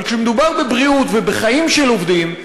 אבל כשמדובר בבריאות ובחיים של עובדים,